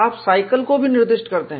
आप साइकिल को भी निर्दिष्ट करते हैं